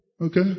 Okay